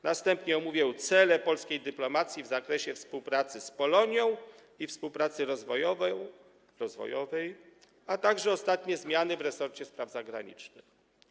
Następnie omówię cele polskiej dyplomacji w zakresie współpracy z Polonią i współpracy rozwojowej, a także ostatnie zmiany w resorcie spraw zagranicznych.